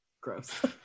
gross